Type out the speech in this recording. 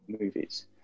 movies